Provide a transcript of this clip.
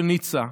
של ניצה,